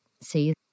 see